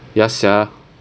ya sia